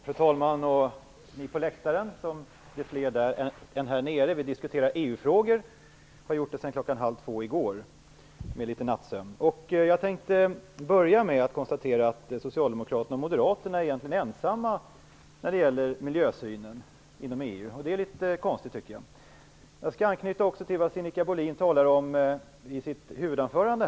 Fru talman! Ni på läktaren! Ni är fler än vi här nere. Vi diskuterar EU-frågor, och det har vi gjort sedan kl. 13.30 i går, med litet nattsömn däremellan. Jag tänkte börja med att konstatera att Socialdemokraterna och Moderaterna egentligen är ensamma när det gäller miljösynen inom EU. Det är litet konstigt. Jag skall också anknyta till vad Sinikka Bohlin sade angående konkurrensfrågor i sitt huvudanförande.